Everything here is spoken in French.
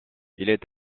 est